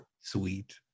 Sweet